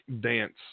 dance